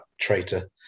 traitor